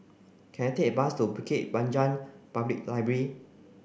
can I take a bus to Bukit Panjang Public Library